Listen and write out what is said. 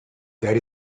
that